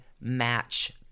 match